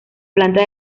planta